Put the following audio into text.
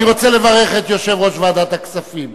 אני רוצה לברך את יושב-ראש ועדת הכספים,